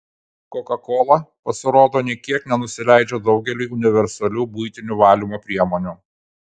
kokakola pasirodo nė kiek nenusileidžia daugeliui universalių buitinių valymo priemonių